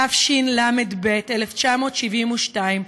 התשל"ב 1972,